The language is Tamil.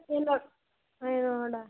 இல்லை ஐயோடா